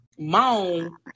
Mom